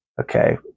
Okay